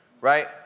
right